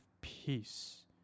peace